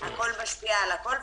הכול משפיע על הכול,